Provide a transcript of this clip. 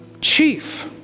chief